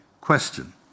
question